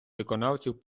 виконавців